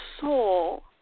soul